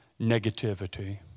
negativity